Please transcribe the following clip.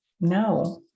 No